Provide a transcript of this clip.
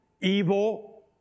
evil